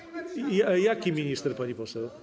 Jaki minister, pani poseł?